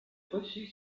reçut